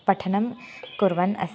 पठनं कुर्वन् अस्ति